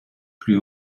plus